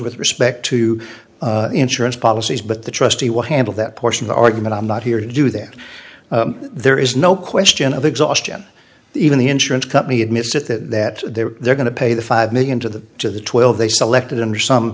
with respect to insurance policies but the trustee will handle that portion of the argument i'm not here to do that there is no question of exhaustion even the insurance company admits it that that they're they're going to pay the five million to the to the twelve they selected under some